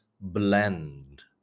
blend